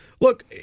Look